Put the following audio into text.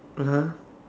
(uh huh)